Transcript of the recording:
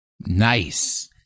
Nice